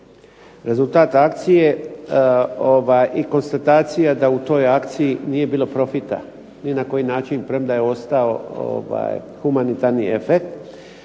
rezultat akcije i konstatacija da u toj akciji nije bilo profita ni na koji način, premda je ostao humanitarni efekt.